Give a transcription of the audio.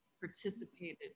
participated